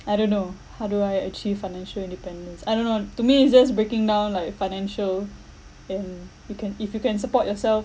I don't know how do I achieve financial independence I don't know to me it's just breaking down like financial and you can if you can support yourself